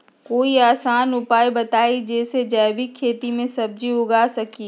कोई आसान उपाय बताइ जे से जैविक खेती में सब्जी उगा सकीं?